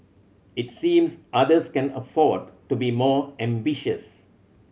it seems others can afford to be more ambitious